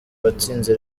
watsinze